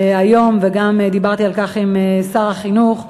וגם דיברתי על כך עם שר החינוך,